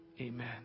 Amen